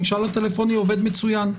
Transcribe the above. המשאל הטלפוני עובד מצוין.